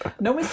No